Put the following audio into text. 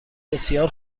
بسیار